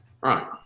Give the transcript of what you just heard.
Right